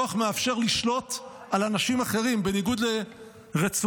כוח מאפשר לשלוט על אנשים אחרים בניגוד לרצונם.